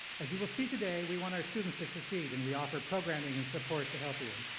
as you will see today, we want our students to succeed and we offer programming and support to help you.